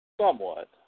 Somewhat